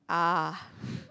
ah